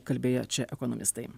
kalbėję čia ekonomistai